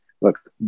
look